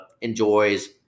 enjoys